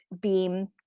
beam